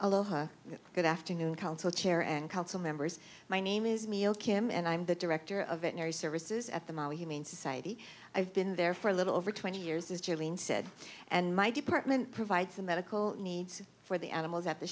aloha good afternoon council chair and council members my name is kim and i'm the director of it mary services at the mo humane society i've been there for a little over twenty years as julian said and my department provides the medical needs for the animals at the